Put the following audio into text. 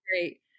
great